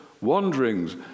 wanderings